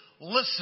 Listen